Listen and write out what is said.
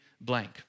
blank